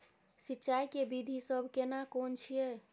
सिंचाई के विधी सब केना कोन छिये?